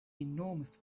enormous